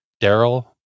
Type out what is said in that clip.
Daryl